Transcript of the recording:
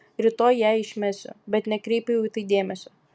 rytoj ją išmesiu bet nekreipiau į tai dėmesio